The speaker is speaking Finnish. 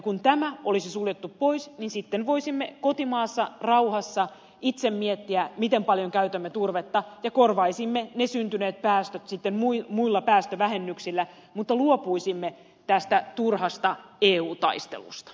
kun tämä olisi suljettu pois niin sitten voisimme kotimaassa rauhassa itse miettiä miten paljon käytämme turvetta ja korvaisimme syntyneet päästöt sitten muilla päästövähennyksillä mutta luopuisimme tästä turhasta eu taistelusta